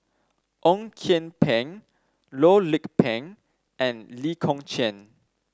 Ong Kian Peng Loh Lik Peng and Lee Kong Chian